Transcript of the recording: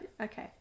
Okay